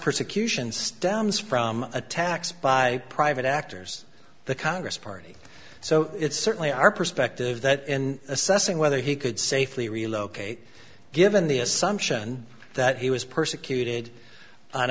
persecutions downs from attacks by private actors the congress party so it's certainly our perspective that in assessing whether he could safely relocate given the assumption that he was persecuted on